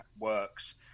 works